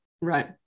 Right